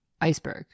iceberg